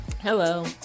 Hello